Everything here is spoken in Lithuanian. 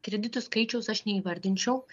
kreditų skaičiaus aš neįvardinčiau